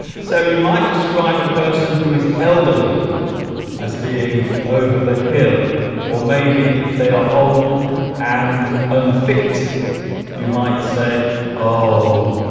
so you might describe a person who is elderly as being over the hill or maybe if they are old and unfit you might say oh